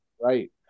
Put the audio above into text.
Right